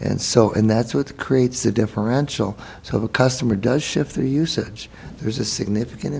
and so and that's what creates the differential so the customer does shift the usage there's a significant